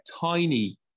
tiny